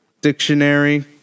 dictionary